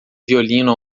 violino